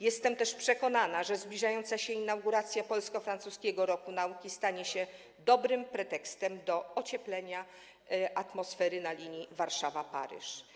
Jestem też przekonana, że zbliżająca się inauguracja Polsko-Francuskiego Roku Nauki stanie się dobrym pretekstem do ocieplenia atmosfery na linii Warszawa - Paryż.